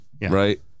right